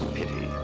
pity